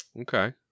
Okay